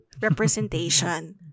representation